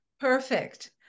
Perfect